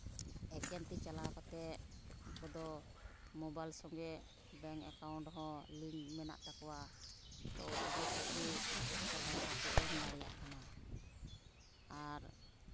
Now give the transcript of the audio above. ᱮᱠᱮᱱ ᱛᱤ ᱪᱟᱞᱟᱣ ᱠᱟᱛᱮᱫ ᱩᱱᱠᱩ ᱠᱚᱫᱚ ᱢᱳᱵᱟᱭᱤᱞ ᱥᱚᱸᱜᱮ ᱵᱮᱝᱠ ᱮᱠᱟᱩᱱᱴ ᱦᱚᱸ ᱞᱤᱝᱠ ᱢᱮᱱᱟᱜ ᱛᱟᱠᱚᱣᱟ ᱛᱳ ᱚᱸᱰᱮ ᱠᱷᱚᱱ ᱜᱮ ᱴᱟᱠᱟ ᱯᱚᱭᱥᱟ ᱠᱚ ᱮᱢ ᱫᱟᱲᱮᱭᱟᱜ ᱠᱟᱱᱟ ᱟᱨ